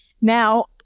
Now